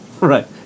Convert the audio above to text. Right